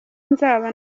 nzaba